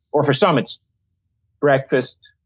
or for some it's breakfast,